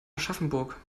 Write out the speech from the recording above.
aschaffenburg